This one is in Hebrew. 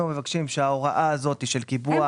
אנחנו מבקשים שההוראה הזאת של קיבוע --- הם